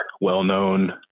well-known